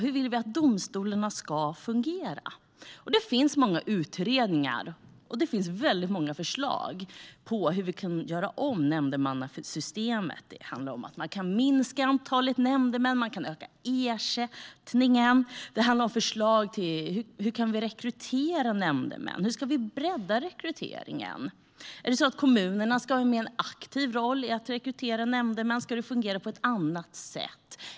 Hur vill vi att domstolarna ska fungera? Det finns många utredningar och förslag på hur vi kan göra om nämndemannasystemet. Det handlar om att man kan minska antalet nämndemän. Man kan öka ersättningen. Det handlar om hur vi kan rekrytera nämndemän: Hur ska vi bredda rekryteringen? Ska kommunerna ha en mer aktiv roll för att rekrytera nämndemän? Ska det fungera på ett annat sätt?